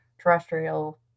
terrestrial